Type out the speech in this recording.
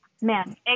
man